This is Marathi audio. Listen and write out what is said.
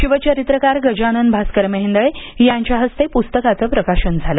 शिवचरित्रकार गजानन भास्कर मेहेंदळे यांच्या हस्ते पुस्तकाचं प्रकाशन झालं